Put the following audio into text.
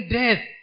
death